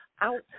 out